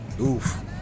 Oof